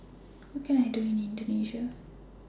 What Can I Do in Indonesia